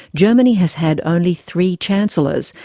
germany has had only three chancellors,